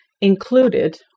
included